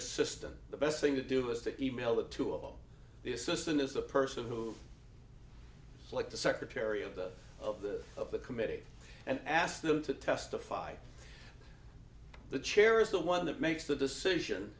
assistant the best thing to do is to email the two of them the assistant is a person who like the secretary of the of the of the committee and ask them to testify the chair is the one that makes the decision